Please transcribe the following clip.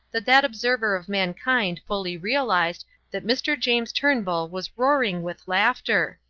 that that observer of mankind fully realized that mr. james turnbull was roaring with laughter.